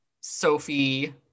Sophie